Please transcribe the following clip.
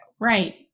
Right